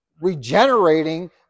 regenerating